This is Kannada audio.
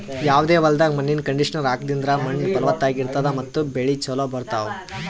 ಯಾವದೇ ಹೊಲ್ದಾಗ್ ಮಣ್ಣಿನ್ ಕಂಡೀಷನರ್ ಹಾಕದ್ರಿಂದ್ ಮಣ್ಣ್ ಫಲವತ್ತಾಗಿ ಇರ್ತದ ಮತ್ತ್ ಬೆಳಿ ಚೋಲೊ ಬರ್ತಾವ್